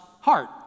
heart